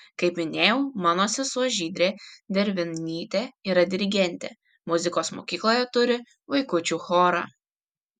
kaip minėjau mano sesuo žydrė dervinytė yra dirigentė muzikos mokykloje turi vaikučių chorą